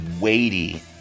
weighty